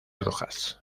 rojas